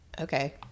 Okay